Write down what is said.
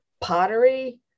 pottery